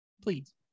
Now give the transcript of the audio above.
please